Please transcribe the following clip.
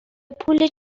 پول